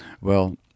Well-